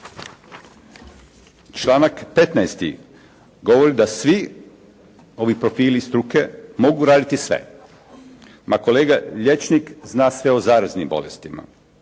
Članak 15. govori da svi ovi profili struke mogu raditi sve. Ma kolega liječnik zna sve o zaraznim bolestima.